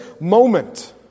moment